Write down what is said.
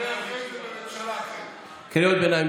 נדבר אחרי זה, בממשלה אחרת.